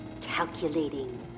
Calculating